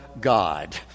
God